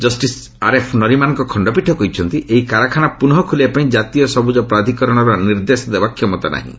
justice R F ନରିମାନ୍ଙ୍କ ଖଣ୍ଡପୀଠ କହିଛନ୍ତି ଏହି କାରଖାନା ପୁନଃ ଖୋଲିବା ପାଇଁ ଜାତୀୟ ସବୁଜ ପ୍ରାଧିକରଣର ନିର୍ଦ୍ଦେଶ ଦେବା କ୍ଷମତା ନାହିଁ